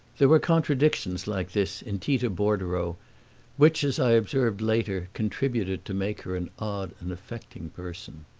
there were contradictions like this in tita bordereau which, as i observed later, contributed to make her an odd and affecting person.